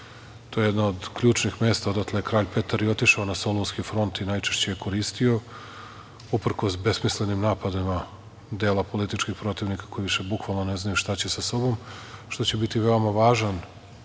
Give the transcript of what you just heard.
to je jedno od ključnih mesta, odatle je Kralj Petar i otišao na Solunski front i najčešće je koristio, uprkos besmislenim napadima dela političkih protivnika koji više bukvalno ne znaju šta će sa sobom, što će biti veoma važan